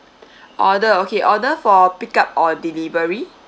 order okay order for pick up or delivery